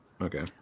Okay